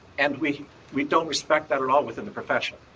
and we we don't respect that law within the profession.